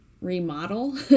Remodel